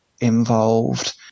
involved